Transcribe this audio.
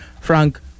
Frank